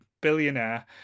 billionaire